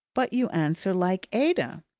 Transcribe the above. but you answer like ada.